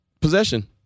possession